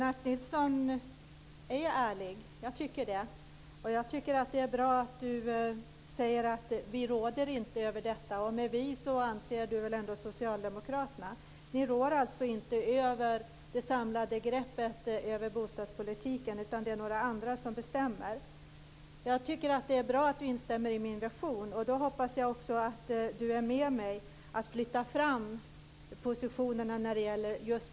Fru talman! Jag tycker att Lennart Nilsson är ärlig. Det är bra att han säger att vi inte råder över detta. Med "vi" anser han väl ändå socialdemokraterna. Ni råder alltså inte över det samlade greppet om bostadspolitiken, utan det är några andra som bestämmer. Jag tycker att det är bra att Lennart Nilsson instämmer i min version. Jag hoppas också att Lennart Nilsson är med mig på att flytta fram positionerna i bostadspolitiken.